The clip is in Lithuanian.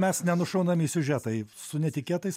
mes nenušaunami siužetai su netikėtais